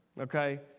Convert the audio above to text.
okay